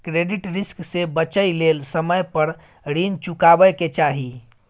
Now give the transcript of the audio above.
credit risk से बचइ लेल समय पर रीन चुकाबै के चाही